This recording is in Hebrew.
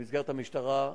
במסגרת המשטרה,